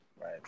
right